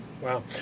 Wow